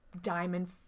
diamond